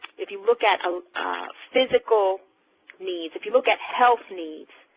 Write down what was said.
if you look at ah physical needs, if you look at health needs,